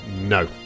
No